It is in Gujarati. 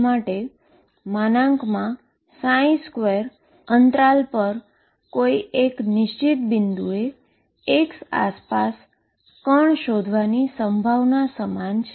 જે વેવ ફંક્શન ψ માટે 2 ઈન્ટરવલ પર કોઈ એક નિશ્ચિત બિંદુએ x આસપાસ પાર્ટીકલ શોધવાની પ્રોબેબીલીટી સમાન છે